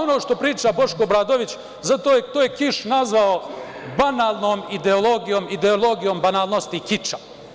Ono što priča Boško Obradović, to je Kiš nazvao banalnom ideologijom, ideologijom banalnosti kiča.